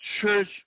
church